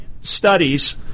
studies